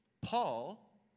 Paul